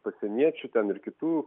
pasieniečių ten ir kitų